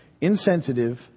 insensitive